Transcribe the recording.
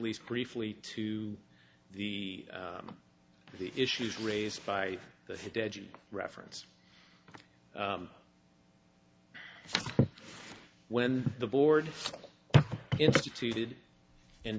least briefly to the the issues raised by the reference when the board instituted and